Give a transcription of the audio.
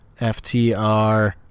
FTR